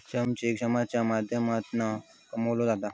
श्रम चेक श्रमाच्या माध्यमातना कमवलो जाता